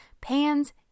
pans